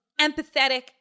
empathetic